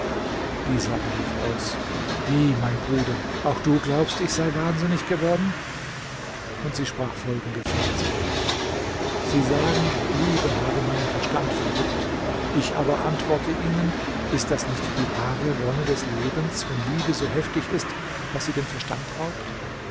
diese aber rief aus wie mein bruder auch du glaubst ich sei wahnsinnig geworden und sie sprach folgende verse sie sagen liebe habe meinen verstand verrückt ich aber antworte ihnen ist das nicht die wahre wonne des lebens wenn liebe so heftig ist daß sie den verstand raubt